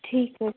ٹھیٖک حظ